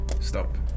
Stop